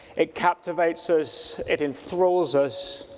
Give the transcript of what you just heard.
it captivates us, it enthrals us,